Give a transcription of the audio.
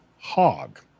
hog